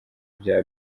bya